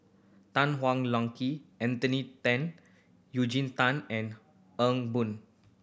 Tan Hwa Anthony Then Eugene Tan and Boon